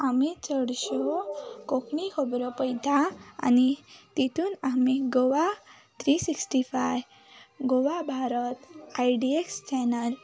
आमी चडश्यो कोंकणी खबरो पळयता आनी तेतूंत आमी Goa three sixty five Goa Bharat I D X channel